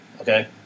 okay